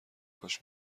کاش